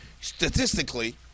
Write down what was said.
statistically